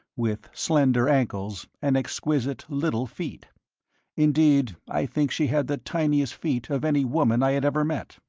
with slender ankles and exquisite little feet indeed i think she had the tiniest feet of any woman i had ever met.